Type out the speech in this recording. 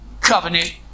covenant